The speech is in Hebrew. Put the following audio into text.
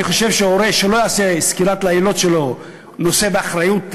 אני חושב שהורה שלא יעשה סקירה ליילוד שלו נושא באחריות,